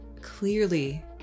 clearly